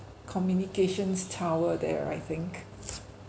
communications tower there I think